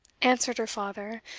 answered her father,